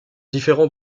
différent